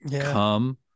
come